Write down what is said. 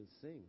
sing